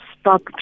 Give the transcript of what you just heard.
stop